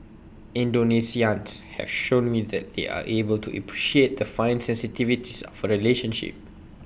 Indonesians have shown me that they are able to appreciate the fine sensitivities of A relationship